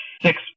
six